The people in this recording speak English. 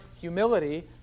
humility